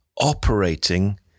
operating